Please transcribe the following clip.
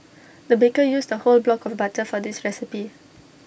the baker used A whole block of butter for this recipe